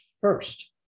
First